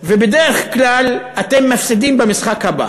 ובדרך כלל אתם מפסידים במשחק הבא.